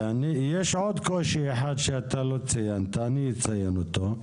יש עוד קושי אחד שלא ציינת ואני אציין אותו,